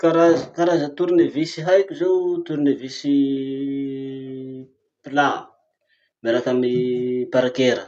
Karaza karaza tournevis haiko zao tournevis plat miaraky amy parker.